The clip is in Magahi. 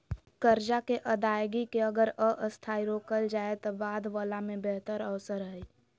कर्जा के अदायगी के अगर अस्थायी रोकल जाए त बाद वला में बेहतर अवसर हइ